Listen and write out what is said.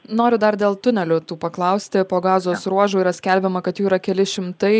noriu dar dėl tunelių tų paklausti po gazos ruožu yra skelbiama kad jų yra keli šimtai